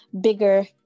bigger